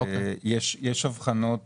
יש הבחנות